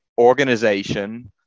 organization